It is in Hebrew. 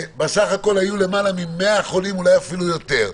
ובסך הכול היו יותר מ-100 חולים, אולי אפילו יותר,